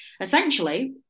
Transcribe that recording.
essentially